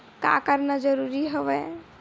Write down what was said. का करना जरूरी हवय?